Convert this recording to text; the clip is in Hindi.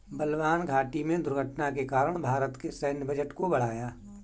बलवान घाटी में दुर्घटना के कारण भारत के सैन्य बजट को बढ़ाया